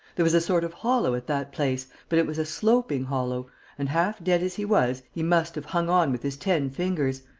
there was a sort of hollow at that place, but it was a sloping hollow and, half dead as he was, he must have hung on with his ten fingers.